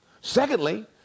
Secondly